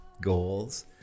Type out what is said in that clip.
goals